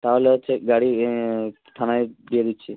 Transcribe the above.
তাহলে হচ্ছে গাড়ি থানায় দিয়ে দিচ্ছি